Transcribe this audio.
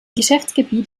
geschäftsgebiet